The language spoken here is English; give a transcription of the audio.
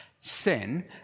Sin